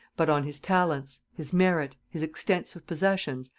but on his talents, his merit, his extensive possessions,